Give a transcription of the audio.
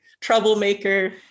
troublemaker